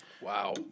wow